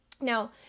Now